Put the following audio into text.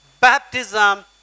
baptism